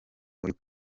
uyu